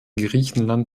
griechenland